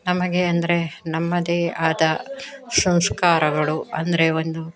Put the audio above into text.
ನಮಗೆ ಅಂದರೆ ನಮ್ಮದೇ ಆದ ಸಂಸ್ಕಾರಗಳು ಅಂದರೆ ಒಂದು